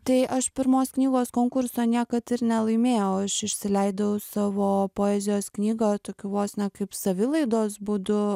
tai aš pirmos knygos konkurso niekad ir nelaimėjau aš išsileidau savo poezijos knygą tokiu vos ne kaip savilaidos būdu